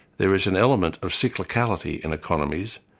there is an element of cyclicality in economies,